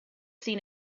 seen